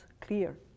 clear